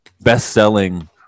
best-selling